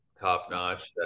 top-notch